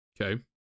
okay